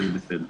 זה בסדר.